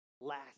last